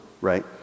right